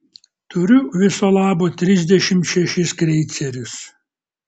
turiu viso labo trisdešimt šešis kreicerius